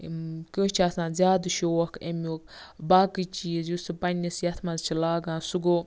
کٲنٛسہِ چھُ آسان زیادٕ شوق اَمیُک باقٕے چیٖز یُس سُہ پَننِس یَتھ منٛز چھِ لاگان سُہ گوٚو